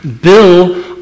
Bill